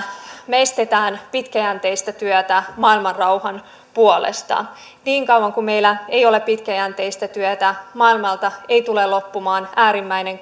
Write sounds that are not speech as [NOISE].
me estämme pitkäjänteistä työtä maailmanrauhan puolesta niin kauan kuin meillä ei ole pitkäjänteistä työtä maailmalta ei tule loppumaan äärimmäinen [UNINTELLIGIBLE]